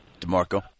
DeMarco